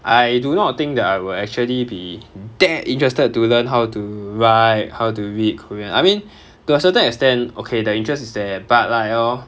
I do not think that I will actually be that interested to learn how to write how to read korean I mean to a certain extent okay the interest is there but like hor